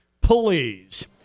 please